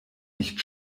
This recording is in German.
nicht